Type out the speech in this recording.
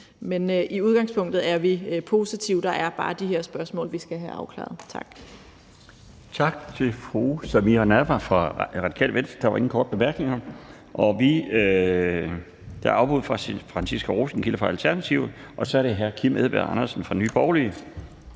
Men i udgangspunktet er vi positive. Der er bare de her spørgsmål, vi skal afklaret. Tak. Kl. 15:38 Den fg. formand (Bjarne Laustsen): Tak til fru Samira Nawa fra Radikale Venstre. Der er ingen korte bemærkninger. Der er afbud fra Franciska Rosenkilde fra Alternativet, så nu er det hr. Kim Edberg Andersen fra Nye Borgerlige